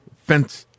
fence